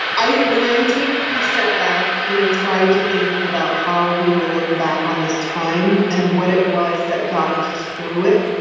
i when i take a step back and i try to think about how we will look back on this time and what it was that got us through it,